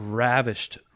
ravished